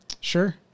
Sure